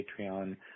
Patreon